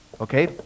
okay